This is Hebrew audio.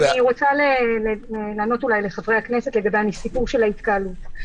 אני רוצה לענות אולי לחברי הכנסת לגבי הסיפור של ההתקהלות.